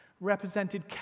represented